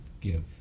give